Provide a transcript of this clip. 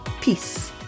peace